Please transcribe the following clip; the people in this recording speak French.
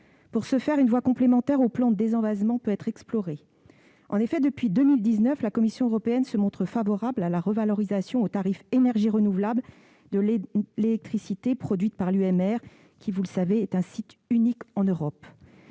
Pour y répondre, une voie complémentaire au plan de désenvasement peut être explorée. En effet, depuis 2019, la Commission européenne se montre favorable à la revalorisation au tarif « énergie renouvelable » de l'électricité produite par l'usine marémotrice de la Rance (UMR), site unique en Europe.